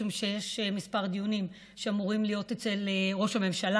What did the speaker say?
משום שיש כמה דיונים שאמורים להיות אצל ראש הממשלה.